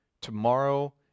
Tomorrow